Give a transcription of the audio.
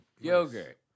Yogurt